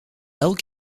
elk